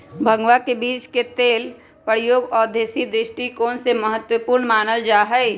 भंगवा के बीज के तेल के प्रयोग औषधीय दृष्टिकोण से महत्वपूर्ण मानल जाहई